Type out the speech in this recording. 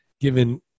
given